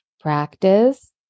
practice